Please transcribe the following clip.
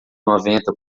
noventa